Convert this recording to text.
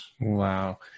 Wow